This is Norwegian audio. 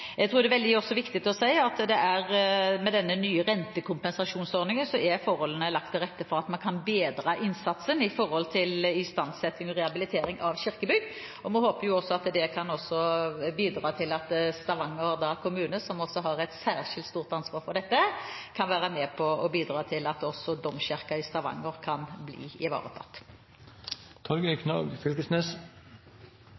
Jeg tror også det er veldig viktig å si at med den nye rentekompensasjonsordningen er forholdene lagt til rette for at man kan bedre innsatsen når det gjelder istandsetting og rehabilitering av kirkebygg. Vi håper det også kan bidra til at Stavanger kommune, som har et særskilt stort ansvar for dette, kan være med på å bidra til at også domkirken i Stavanger kan bli